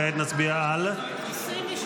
כעת נצביע על -- 23.